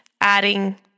adding